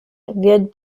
wird